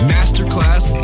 Masterclass